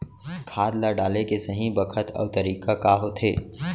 खाद ल डाले के सही बखत अऊ तरीका का होथे?